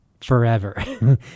forever